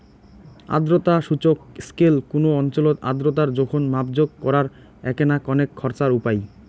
আর্দ্রতা সূচক স্কেল কুনো অঞ্চলত আর্দ্রতার জোখন মাপজোক করার এ্যাকনা কণেক খরচার উপাই